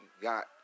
got